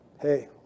hey